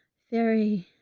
very,